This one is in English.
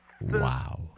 Wow